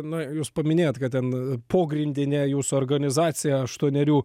na jūs paminėjot kad ten pogrindinė jūsų organizacija aštuonerių